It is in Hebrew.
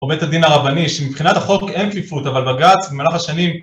או בית הדין הרבני שמבחינת החוק אין כפיפות אבל בגץ במהלך השנים